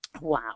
Wow